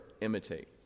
Imitate